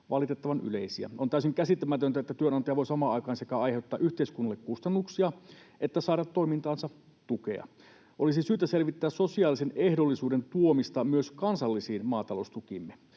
valitettavan yleisiä. On täysin käsittämätöntä, että työnantaja voi samaan aikaan sekä aiheuttaa yhteiskunnalle kustannuksia että saada toimintaansa tukea. Olisi syytä selvittää sosiaalisen ehdollisuuden tuomista myös kansallisiin maataloustukiimme.